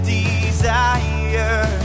desire